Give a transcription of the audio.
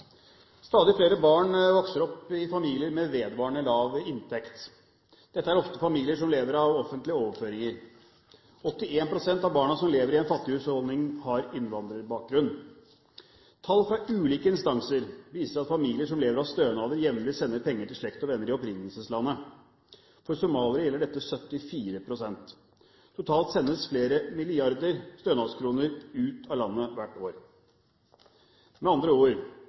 Stadig flere barn vokser opp i familier med vedvarende lav inntekt. Dette er ofte familier som lever av offentlige overføringer. 81 pst. av barna som lever i en fattig husholdning, har innvandrerbakgrunn. Tall fra ulike instanser viser at familier som lever av stønader, jevnlig sender penger til slekt og venner i opprinnelseslandet. For somaliere gjelder dette 74 pst. Totalt sendes flere milliarder stønadskroner ut av landet hvert år. Med andre ord: